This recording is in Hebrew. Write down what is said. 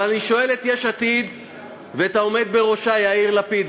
אבל אני שואל את יש עתיד ואת העומד בראשה יאיר לפיד,